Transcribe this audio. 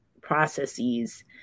processes